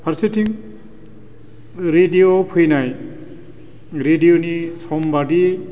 फारसेथिं रेदिय'आव फैनाय रेदिय'नि समबादि